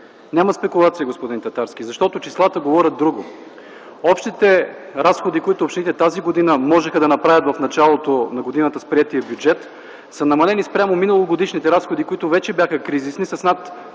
Няма спекулация, господин Татарски, защото числата говорят друго. Общите разходи, които общините тази година можеха да направят в началото на годината с приетия бюджет, са намалени в сравнение с миналогодишните разходи, които вече бяха кризисни, с над